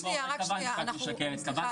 צריך